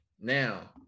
now